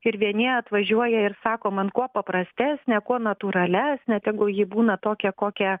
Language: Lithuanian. ir vieni atvažiuoja ir sako man kuo paprastesnę kuo natūralesnę tegul ji būna tokia kokia